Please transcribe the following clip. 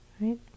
right